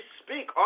speak